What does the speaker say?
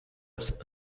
its